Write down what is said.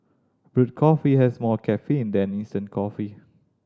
brewed coffee has more caffeine than instant coffee